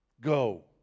Go